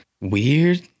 Weird